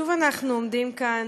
שוב אנחנו עומדים כאן,